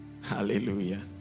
Hallelujah